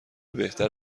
بهتر